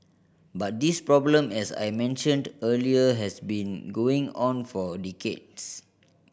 but this problem as I mentioned earlier has been going on for decades